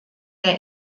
der